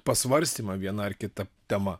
pasvarstymą viena ar kita tema